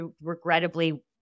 regrettably